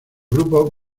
grupo